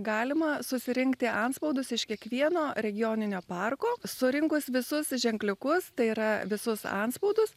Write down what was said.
galima susirinkti antspaudus iš kiekvieno regioninio parko surinkus visus ženkliukus tai yra visus antspaudus